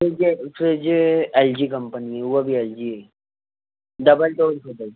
fridge fridge L G company उहा बि L जीअ डबल डोर खपे